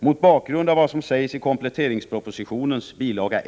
Mot bakgrund av vad som anges i kompletteringspropositionens bil.